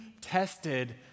tested